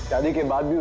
i didn't do